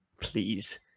please